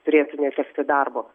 turėtų netekti darbo